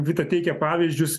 vita teikė pavyzdžius